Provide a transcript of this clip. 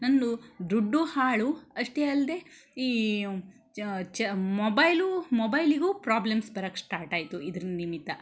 ನಂದು ದುಡ್ಡೂ ಹಾಳು ಅಷ್ಟೇ ಅಲ್ಲದೇ ಈ ಮೊಬೈಲೂ ಮೊಬೈಲಿಗೂ ಪ್ರಾಬ್ಲಮ್ಸ್ ಬರಕ್ಕೆ ಸ್ಟಾರ್ಟಾಯಿತು ಇದ್ರ ನಿಮಿತ್ತ